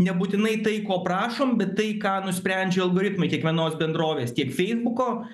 nebūtinai tai ko prašom bet tai ką nusprendžia algoritmai kiekvienos bendrovės tiek feisbuko